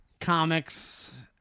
comics